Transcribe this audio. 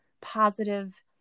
positive